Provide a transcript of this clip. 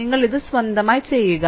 നിങ്ങൾ ഇത് സ്വന്തമായി ചെയ്യുക